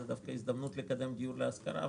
זה דווקא הזדמנות לקדם דיור להשכרה,